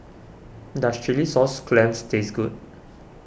does Chilli Sauce Clams taste good